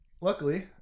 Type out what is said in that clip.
luckily